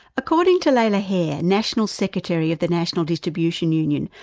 according to laila hare, national secretary of the national distribution union,